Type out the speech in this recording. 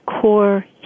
core